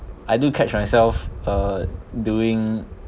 I do catch myself uh doing